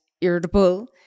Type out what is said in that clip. irritable